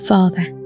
Father